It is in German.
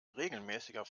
regelmäßiger